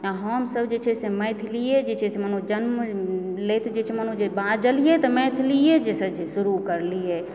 आ हमसब जे छै से मैथिलिए के मानू जन्म लैत जे छै मानो बाजलियै तऽ मैथिलिएसंँ जे छै से शुरू करलियै